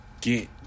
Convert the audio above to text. get